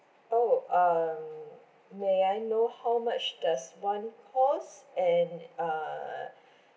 oh um may I know how much does one cost and uh